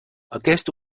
aquest